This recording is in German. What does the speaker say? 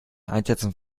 einschätzen